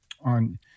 On